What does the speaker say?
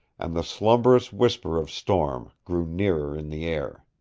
and the slumberous whisper of storm grew nearer in the air.